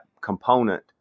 component